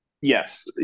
yes